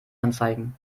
anzeigen